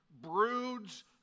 broods